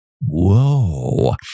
Whoa